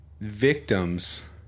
victims